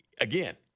again